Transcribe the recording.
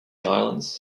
islands